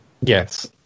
Yes